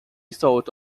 sort